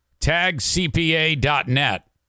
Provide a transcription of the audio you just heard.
Tagcpa.net